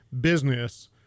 business